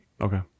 Okay